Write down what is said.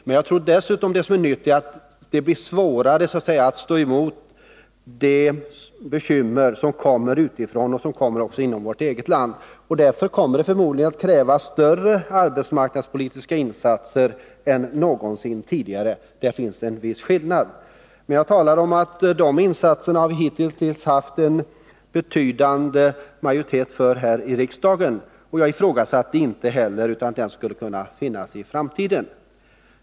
Men jag tror att det som är nytt är att det blir svårare att stå emot de bekymmer som kommer utifrån och även de bekymmer som uppstår inom vårt eget land. Därför kommer det förmodligen att krävas större arbetsmarknadspolitiska insatser än någonsin tidigare. Där finns en skillnad. Men jag sade att de insatserna har vi hittills haft en betydande majoritet för här i riksdagen. Jag ifrågasatte inte heller att den majoriteten inte skulle kunna finnas också i framtiden.